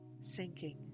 sinking